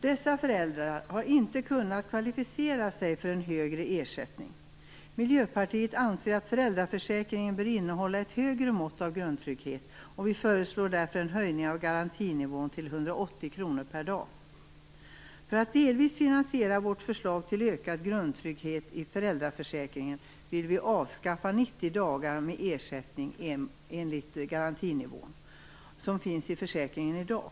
Dessa föräldrar har inte kunnat kvalificera sig för en högre ersättning. Vi i Miljöpartiet anser att föräldraförsäkringen bör innehålla ett högre mått av grundtrygghet. Vi föreslår därför en höjning av garantinivån till 180 För att delvis finansiera vårt förslag till ökad grundtrygghet i föräldraförsäkringen vill vi avskaffa de 90 dagarna med ersättning enligt garantinivån som finns i försäkringen i dag.